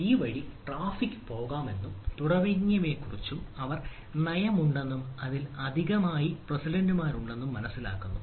ഈ വഴി ട്രാഫിക് പോകുമെന്നും തുടങ്ങിയവയെക്കുറിച്ചും അവർ നയമുണ്ടെന്നും അതിൽ അധികമായി പ്രസിഡന്റുമാരുണ്ടെന്നും മനസ്സിലാകുന്നു